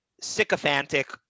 sycophantic